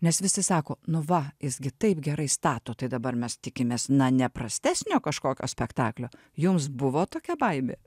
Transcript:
nes visi sako nu va jis gi taip gerai stato tai dabar mes tikimės na ne prastesnio kažkokio spektaklio jums buvo tokia baimė